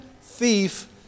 thief